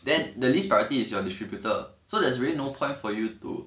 then the least priority is your distributor so there's really no point for you to